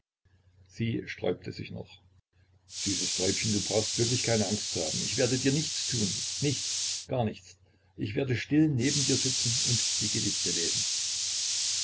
sie sträubte sich noch süßes täubchen du brauchst wirklich keine angst zu haben ich werde dir nichts tun nichts gar nichts ich werde still neben dir sitzen und die gedichte lesen